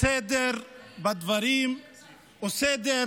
סדר בדברים או סדר